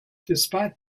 despite